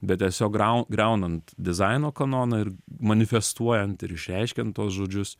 bet tiesiog griau griaunant dizaino kanoną ir manifestuojant ir išreiškiant tuos žodžius